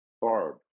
Barb